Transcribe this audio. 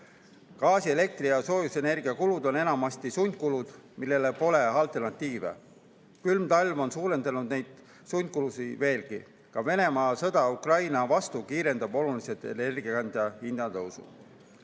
Gaasi, elektri ja soojusenergia kulud on enamasti sundkulud, millele pole alternatiive. Külm talv on suurendanud neid sundkulusid veelgi. Ka Venemaa sõda Ukraina vastu kiirendab oluliselt energiakandjate hinna tõusu.